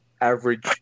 average